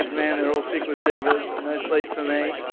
man. they're all sick with fevers. no sleep for me.